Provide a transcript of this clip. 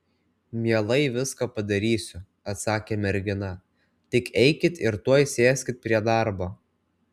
mielai viską padarysiu atsakė mergina tik eikit ir tuoj sėskit prie darbo